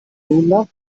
nulla